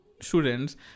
students